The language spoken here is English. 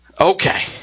Okay